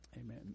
Amen